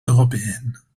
européennes